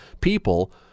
people